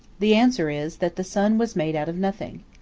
the answer is, that the son was made out of nothing.